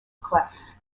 greffe